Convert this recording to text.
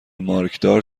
مارکدار